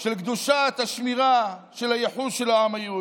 של קדושת השמירה של הייחוס של העם היהודי.